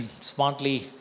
smartly